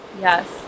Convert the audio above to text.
Yes